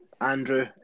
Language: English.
Andrew